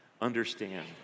understand